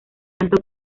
santo